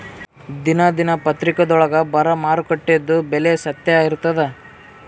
ದಿನಾ ದಿನಪತ್ರಿಕಾದೊಳಾಗ ಬರಾ ಮಾರುಕಟ್ಟೆದು ಬೆಲೆ ಸತ್ಯ ಇರ್ತಾದಾ?